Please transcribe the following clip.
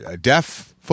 deaf